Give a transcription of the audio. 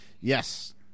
Yes